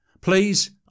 Please